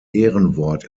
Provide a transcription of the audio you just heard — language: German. ehrenwort